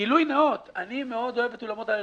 גילוי נאות: אני אוהב מאוד את אולמות האירועים,